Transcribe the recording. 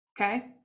okay